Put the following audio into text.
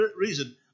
reason